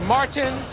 Martin